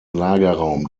lagerraum